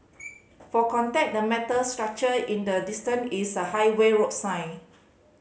for context the metal structure in the distance is a highway road sign